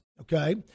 okay